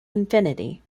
infinity